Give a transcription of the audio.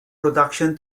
production